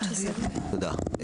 תודה.